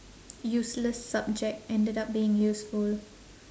useless subject ended up being useful